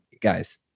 guys